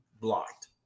blocked